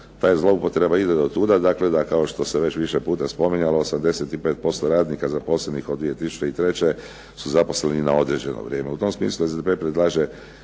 TA je zloupotreba izgleda od tuda, da kao što se već više puta spominjalo 85% radnika zaposlenih od 2003. su zaposleni na određeno vrijeme. U tom smislu SDP predlaže